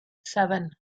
seven